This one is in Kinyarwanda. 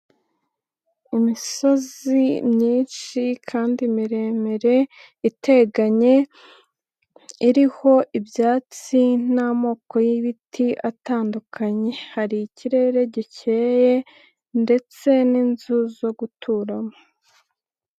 Imisozi myinshi kandi miremire iteganye, iriho ibyatsi n'amoko y'ibiti atandukanye. Hari ikirere gikeye ndetse n'inzu zo guturamo.